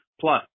Plus